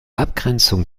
abgrenzung